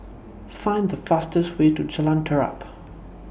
Find The fastest Way to Jalan Terap